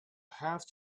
have